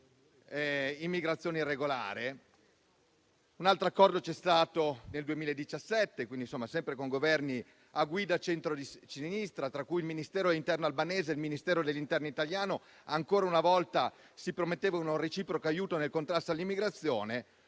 immigrazione irregolare; un altro accordo c'è stato nel 2017, sempre con Governo a guida centrosinistra, tra il Ministero dell'interno albanese e il Ministero dell'interno italiano, e ancora una volta si prometteva un reciproco aiuto nel contrasto all'immigrazione.